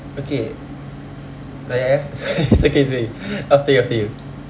okay it's okay it's okay after you after you